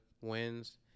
wins